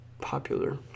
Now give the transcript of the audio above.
popular